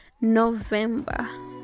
november